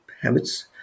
habits